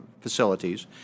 facilities